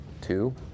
two